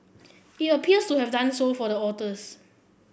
it appears to have done so for the